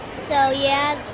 so yeah,